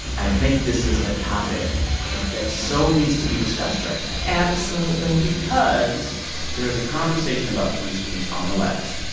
i think this is a topic that so needs to be discussed right now. absolutely. because there is a conversation about free speech on the left.